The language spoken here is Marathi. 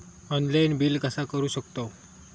ऑनलाइन बिल कसा करु शकतव?